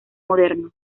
moderno